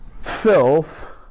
filth